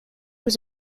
was